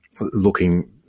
looking